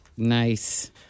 Nice